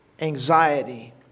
anxiety